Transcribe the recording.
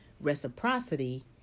reciprocity